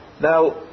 Now